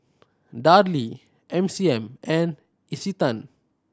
Darlie M C M and Isetan